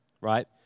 right